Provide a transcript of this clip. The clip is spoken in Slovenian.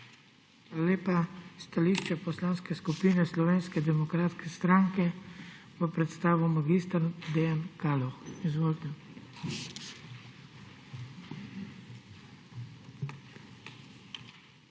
lepa. Stališče Poslanske skupine Slovenske demokratske stranke bo predstavil mag. Dejan Kaloh. Izvolite.